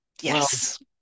yes